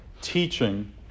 teaching